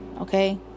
okay